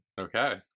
Okay